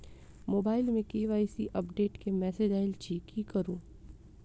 Mobile मे KYC update केँ message आइल अछि की करू?